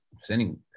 sending